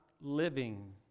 living